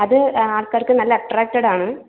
അത് ആൾക്കാർക്ക് നല്ല അട്ട്രാക്ടഡാണ്